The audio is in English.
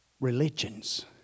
religions